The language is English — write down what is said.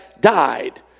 died